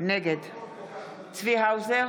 נגד צבי האוזר,